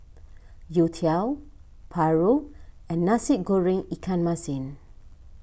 Youtiao Paru and Nasi Goreng Ikan Masin